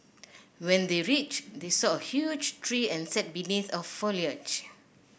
when they reached they saw a huge tree and sat beneath the foliage